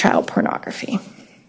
child pornography